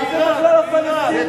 מי זה בכלל הפלסטינים?